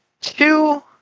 two